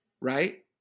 right